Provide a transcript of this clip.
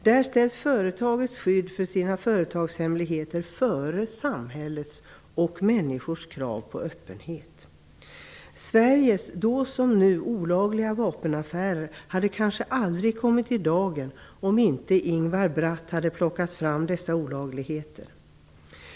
Där ställs företagets skydd för sina företagshemligheter före samhällets och människors krav på öppenhet. Sveriges då som nu olagliga vapenaffärer hade kanske aldrig kommit i dagen om inte Ingvar Bratt hade plockat fram dessa olagligheter.